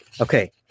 Okay